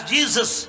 Jesus